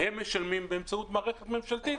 הם משלמים באמצעות מערכת ממשלתית,